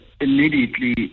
immediately